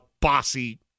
bossy